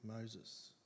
Moses